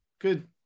good